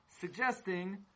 suggesting